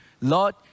Lord